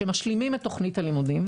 שמשימים את תוכנית הלימודים.